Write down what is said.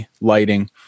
lighting